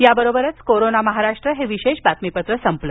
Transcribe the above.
याबरोबरच कोरोना महाराष्ट्र हे विशेष बातमीपत्र संपलं